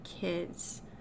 kids